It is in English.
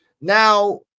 Now